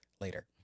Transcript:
later